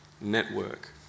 network